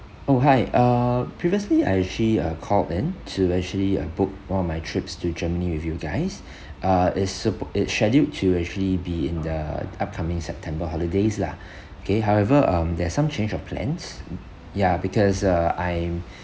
oh hi uh previously I actually uh called in to actually uh book one of my trips to germany with you guys uh it's sup~ it's scheduled to actually be in the upcoming september holidays lah okay however um there's some change of plans ya because uh I'm